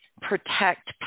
protect